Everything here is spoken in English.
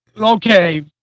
Okay